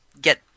get